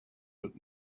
that